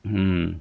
嗯